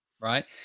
Right